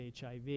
HIV